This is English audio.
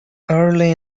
early